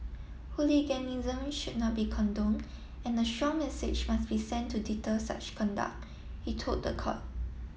hooliganism should not be condone and a strong message must be sent to deter such conduct he told the court